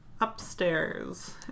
Upstairs